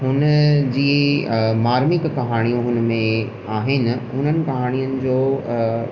हुनजी मार्मिक कहाणी हुन में आहिनि हुननि कहाणियुनि जो